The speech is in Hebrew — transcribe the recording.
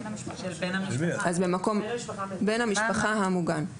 בן המשפחה המוגן.